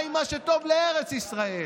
מה עם מה שטוב לארץ ישראל?